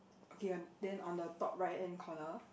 okay on then on the top right hand corner